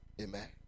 Amen